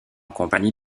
compagnie